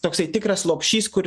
toksai tikras lopšys kur